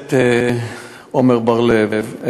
הכנסת עמר בר-לב,